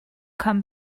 come